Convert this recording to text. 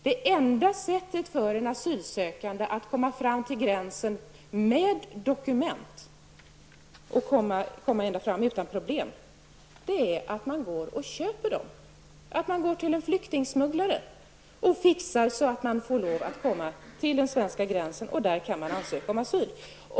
Det enda sättet för en asylsökande att utan problem komma ända fram till gränsen med dokument är att han eller hon har köpt dem av en flyktingsmugglare. Då går det att komma till den svenska gränsen och ansöka om asyl.